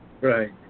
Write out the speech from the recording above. Right